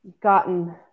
gotten